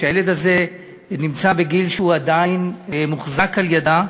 והילד הזה בגיל שהוא עדיין מוחזק על-ידה,